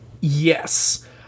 Yes